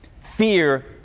fear